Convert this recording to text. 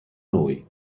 noi